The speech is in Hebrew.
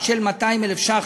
של 200,000 ש"ח,